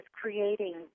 creating